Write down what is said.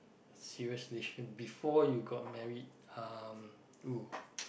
seriously before you got married um oo